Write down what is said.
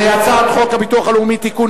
הצעת חוק הביטוח הלאומי (תיקון,